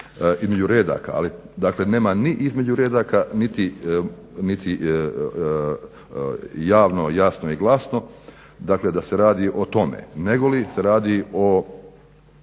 između redaka. Ali dakle, nema ni između redaka niti javno, jasno i glasno dakle da se radi o tome negoli se radi